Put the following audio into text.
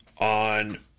on